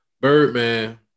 Birdman